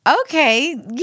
Okay